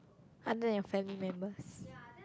other than your family members